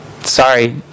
sorry